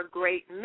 great